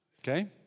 okay